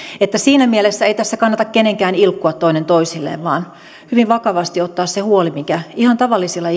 että siinä mielessä ei tässä kannata kenenkään ilkkua toinen toisilleen vaan hyvin vakavasti ottaa se huoli mikä ihan tavallisilla